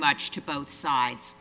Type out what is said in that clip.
much to both sides